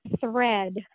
thread